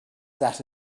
that